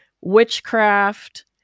witchcraft